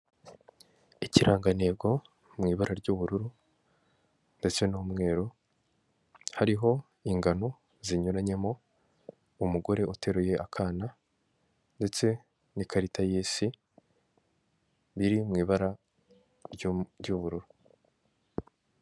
Ikirangantego mu ibara ry'ubururu ndetse n'umweru hariho ingano zinyuranyemo, umugore uteruye akana ndetse n'ikarita y'isi iri mu ibara ry'ubururu.